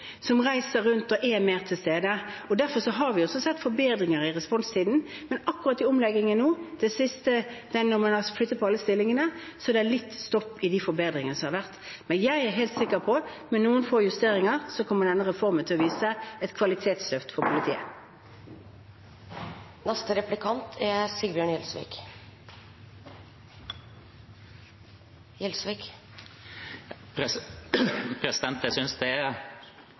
som reiser rundt og er mer til stede. Derfor har vi også sett forbedringer i responstiden. Men akkurat i omleggingen nå, den siste, når man flytter på alle stillingene, er det litt stopp i de forbedringene som har vært. Men jeg er helt sikker på at med noen få justeringer kommer denne reformen til å vise et kvalitetsløft for politiet. Jeg synes det er